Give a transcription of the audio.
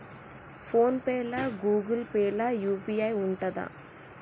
Phone pay లా Google Pay లా UPI ఉంటదా?